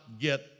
get